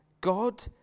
God